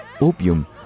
Opium